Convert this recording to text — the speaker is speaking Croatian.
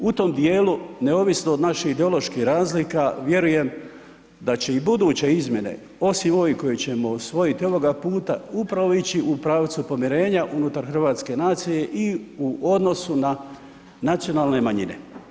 U tom dijelu neovisno od naših ideoloških razlika vjerujem da će i buduće izmjene osim ovih koje ćemo usvojiti ovoga puta upravo ići u pravcu pomirenja unutar hrvatske nacije i u odnosu na nacionalne manjine.